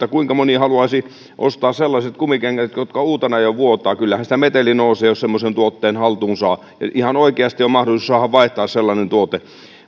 että kuinka moni haluaisi ostaa sellaiset kumikengät jotka uutena jo vuotavat kyllähän siitä meteli nousee jos semmoisen tuotteen haltuun saa ihan oikeasti on mahdollisuus saada vaihtaa sellainen tuote